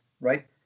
right